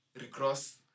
Recross